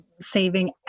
saving